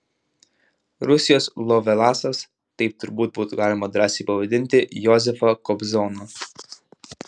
rusijos lovelasas taip turbūt būtų galima drąsiai pavadinti josifą kobzoną